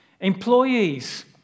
Employees